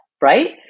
right